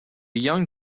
young